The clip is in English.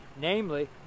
namely